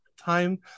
time